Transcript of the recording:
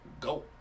Go